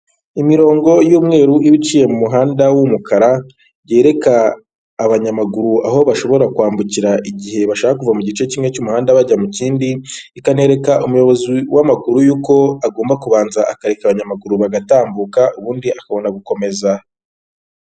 Imirongo y'umweru iba iciye mu muhanda w'umukara yereka abanyamaguru aho bashobora kwambukira igihe bashaka kuva mu gice kimwe cy'umuhanda bajya mu kindi, ikanereka umuyoboozi w'amakuru yuko agomba kubanza akareka abanyamaguru bagatambuka ubundi akabona gukomeza.